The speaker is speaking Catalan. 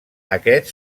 aquests